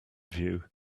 view